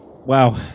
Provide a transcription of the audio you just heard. Wow